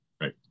Right